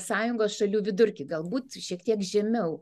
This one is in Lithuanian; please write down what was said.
sąjungos šalių vidurkį galbūt šiek tiek žemiau